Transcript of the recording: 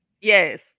Yes